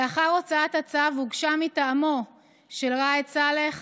לאחר הוצאת הצו הוגשה מטעמו של ראאד סלאח